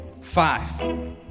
Five